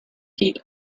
pete